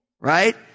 right